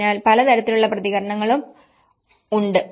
അതിനാൽ പല തരത്തിലുള്ള പ്രതികരണങ്ങളും ഉണ്ട്